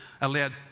allowed